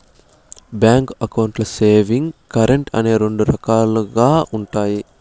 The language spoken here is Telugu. బ్యాంక్ అకౌంట్లు సేవింగ్స్, కరెంట్ అని రెండు రకాలుగా ఉంటాయి